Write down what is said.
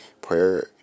prayer